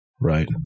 right